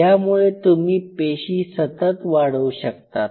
यामुळे तुम्ही पेशी सतत वाढवू शकतात